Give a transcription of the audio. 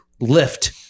lift